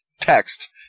text